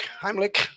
Heimlich